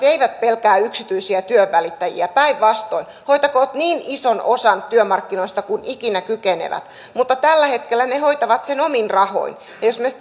eivät pelkää yksityisiä työnvälittäjiä päinvastoin hoitakoot niin ison osan työmarkkinoista kuin ikinä kykenevät mutta tällä hetkellä ne hoitavat sen omin rahoin ja jos me sitten